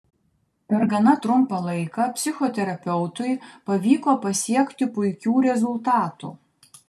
per gana trumpą laiką psichoterapeutui pavyko pasiekti puikių rezultatų